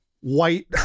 white